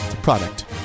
Product